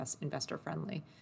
investor-friendly